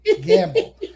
Gamble